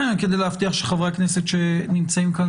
כדי להבטיח שחברי הכנסת שנמצאים כאן,